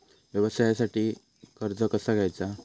व्यवसायासाठी कर्ज कसा घ्यायचा?